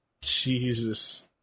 Jesus